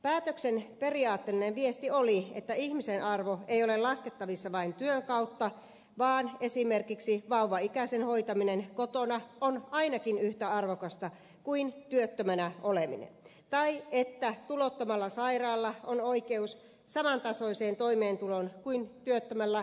päätöksen periaatteellinen viesti oli että ihmisen arvo ei ole laskettavissa vain työn kautta vaan esimerkiksi vauvaikäisen hoitaminen kotona on ainakin yhtä arvokasta kuin työttömänä oleminen tai että tulottomalla sairaalla on oikeus samantasoiseen toimeentuloon kuin työttömällä työnhakijalla